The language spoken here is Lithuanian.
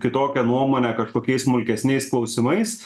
kitokią nuomonę kažkokiais smulkesniais klausimais